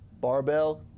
Barbell